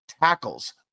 tackles